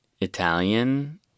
Italian